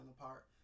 apart